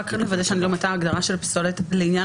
רק לגבי ההגדרה של פסולת לעניין